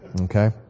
okay